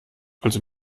also